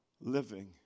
living